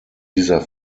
dieser